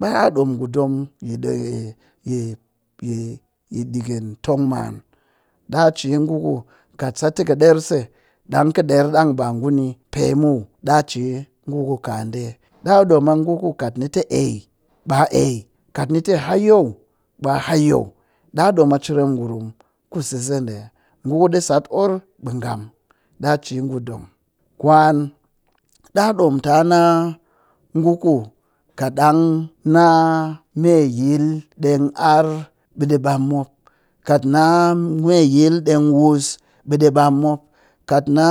Ɓa ɗaa ɗom ngu dong muw yi yi yi dikɨ tong man ɗaa ci ngu ku kat sat tɨ kɨ ɗer se kat kɨ ɗer ɗang ba ngu ni pe muw, daa ci ngu ka ɗe. Ɗa ɗom a ngu ku kat ni tɨ ai ɓa ai kat ni hayow ɓaa hayow, ɗaa ɗom a cereem ngurum ku sese ɗe ni, ngu ɗi sat orr ɓe ngam, ɗa ci ngu ɗong. Kwan ɗaa ɗom ta na ngu ku kaɗang na meyil ɗeng arr ɓe ɗi ɓam mop, kat na me yil dneg wuss ɓe ɗi ɓam mop, kat na